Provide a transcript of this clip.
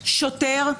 שוטר,